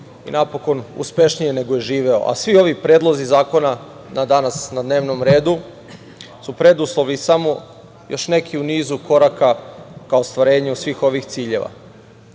i napokon, uspešnije nego što je živeo.A svi ovi predlozi zakona danas na dnevnom redu, su preduslov i samo još neki u nizu koraka ka ostvarenju svih ovih ciljeva. Danas